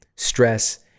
Stress